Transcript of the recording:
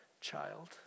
child